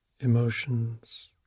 emotions